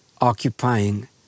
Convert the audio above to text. occupying